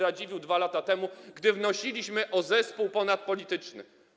Radziwiłł 2 lata temu, gdy wnosiliśmy o zespół ponadpolityczny.